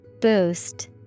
Boost